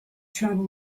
travel